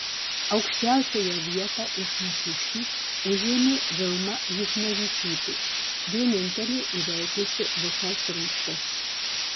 aukščiausiąją vietą iš mūsiškių užėmė vilma juchnevičiūtė vienintelė įveikusi visas rungtis